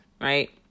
right